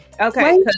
okay